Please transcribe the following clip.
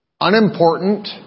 Unimportant